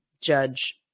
judge